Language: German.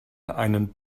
einen